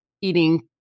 eating